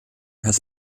has